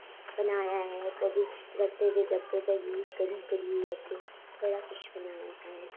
बनाया ऐ कदें गत्ते दे डब्बें दा यूज करी करियै असें बड़ा किश बनाया ऐ